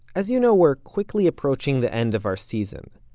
as you know, we're quickly approaching the end of our season.